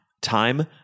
Time